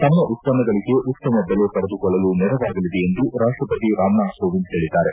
ತಮ್ಮ ಉತ್ಪನ್ನಗಳಗೆ ಉತ್ತಮ ಬೆಲೆ ಪಡೆದುಕೊಳ್ಳಲು ನೆರವಾಗಲಿದೆ ಎಂದು ರಾಷ್ಟಪತಿ ರಾಮನಾಥ್ ಕೋವಿಂದ್ ಹೇಳಿದ್ದಾರೆ